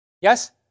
Yes